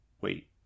Wait